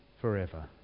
forever